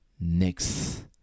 next